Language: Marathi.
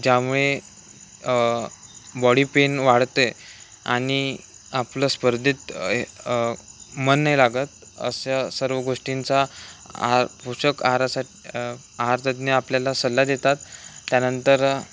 ज्यामुळे बॉडी पेन वाढते आणि आपलं स्पर्धेत मन नाही लागत अशा सर्व गोष्टींचा आ पोषक आहारासाठी आहारतज्ज्ञ आपल्याला सल्ला देतात त्यानंतर